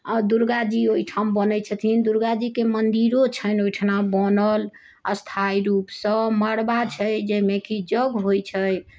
आ दुर्गाजी ओहिठाम बनै छथिन दुर्गाजीके मन्दिरो छनि ओहिठिना बनल स्थाइ रूपसँ मड़बा छै जाहिमे कि जग होइत छै